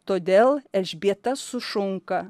todėl elžbieta sušunka